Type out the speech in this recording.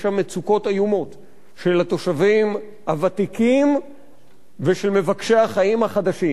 יש שם מצוקות איומות של התושבים הוותיקים ושל מבקשי החיים החדשים.